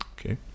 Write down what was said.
Okay